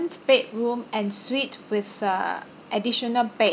bedroom ensuite with a additional bed